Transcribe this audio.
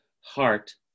Heart